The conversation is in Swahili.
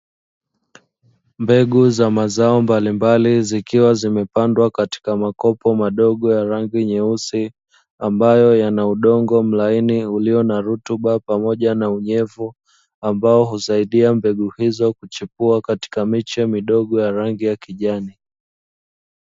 Mbegu za mazao mbalimbali zikiwa zimepandwa katika makopo madogo ya rangi nyeusi, ambayo yana udongo mlaini ulio na rutuba pamoja na unyevu ambao husaidia mbegu hizo kuchipua, katika miche midogo ya rangi ya kijani.